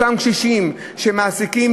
אותם קשישים שמעסיקים,